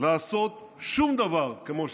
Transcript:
לעשות שום דבר כמו שצריך.